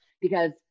because-